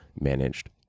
managed